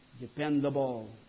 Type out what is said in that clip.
dependable